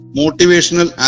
motivational